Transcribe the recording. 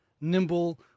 nimble